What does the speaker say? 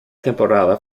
temporada